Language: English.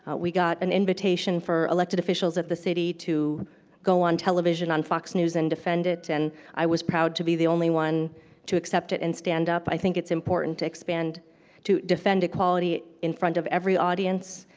we got an invitation for elected officials at the city to go on television on fox news and defend it. and i was proud to be the only one to accept it and stand up. i think it's important to expand to defend equality in front of every audience,